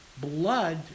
Blood